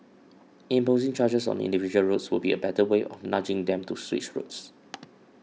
imposing charges on individual roads would be a better way of nudging them to switch routes